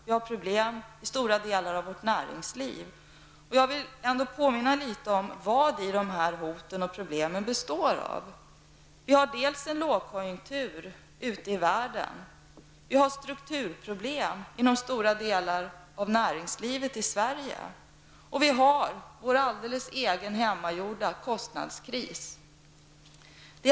Vi har problem i stora delar av vårt näringsliv. Jag vill påminna litet om vad de här hoten och problemen består av. Det är lågkonjunktur ute i världen, vi har strukturproblem inom stora delar av näringslivet i Sverige, och vi har vår egen alldeles hemmagjorda kostnadskris.